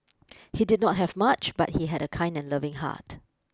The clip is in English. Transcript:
he did not have much but he had a kind and loving heart